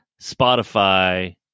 Spotify